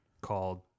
called